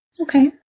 Okay